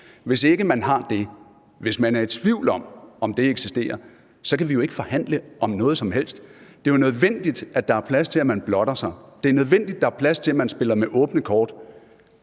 Hvis ikke man har det, hvis man er i tvivl om, om det eksisterer, så kan vi jo ikke forhandle om noget som helst. Det er jo nødvendigt, at der er plads til, at man blotter sig, det er nødvendigt, at der er plads til, at man spiller med åbne kort,